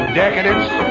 decadence